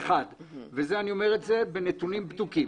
את זה אני אומר עם נתונים בדוקים.